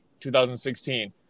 2016